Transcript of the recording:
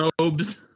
robes